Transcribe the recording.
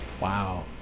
Wow